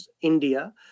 India